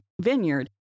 vineyard